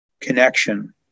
connection